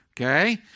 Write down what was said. okay